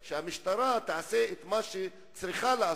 שהמשטרה תעשה את מה שהיא צריכה לעשות,